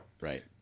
right